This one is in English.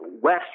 West